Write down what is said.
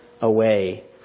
away